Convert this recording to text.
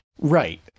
Right